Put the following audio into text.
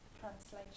translation